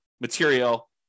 material